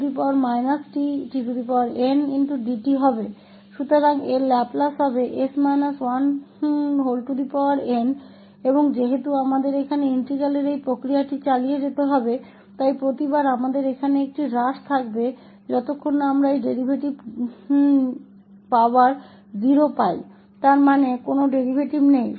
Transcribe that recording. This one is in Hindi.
तो इसका लाप्लास n होगा और क्योंकि हमें अब इंटेग्रटिंग करने की इस प्रक्रिया को जारी रखना है इसलिए हर बार जब तक हमें यह डेरीवेटिव पावर 0 नहीं मिल जाती है तब तक हमारे यहां कमी होगी जिसका अर्थ है कोई डेरीवेटिव नहीं